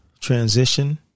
transition